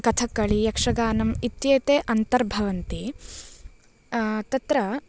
कथक्कलि यक्षगानम् इत्येते अन्तर्भवन्ति तत्र